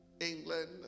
England